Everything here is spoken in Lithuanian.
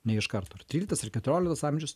ne iš karto ir tryliktas ir keturioliktas amžius